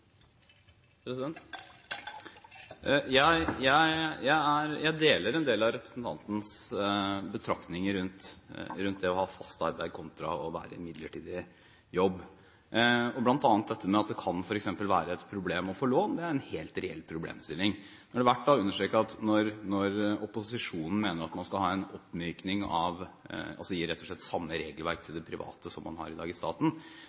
replikkordskifte. Jeg deler en del av representantens betraktninger rundt det å ha fast arbeid kontra det å være i en midlertidig jobb, og bl.a. dette med at det f.eks. kan være et problem å få lån – det er en helt reell problemstilling. Nå er det verdt å understreke at når opposisjonen mener at man skal ha en oppmyking, altså rett og slett gi det private det samme regelverket man i dag har i staten,